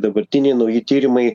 dabartiniai nauji tyrimai